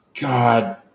God